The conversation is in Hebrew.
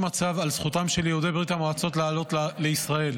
מצב על זכותם של יהודי ברית המועצות לעלות לישראל.